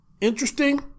Interesting